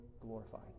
glorified